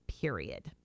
period